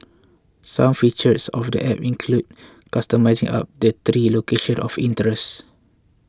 some features of the App include customising up to three locations of interest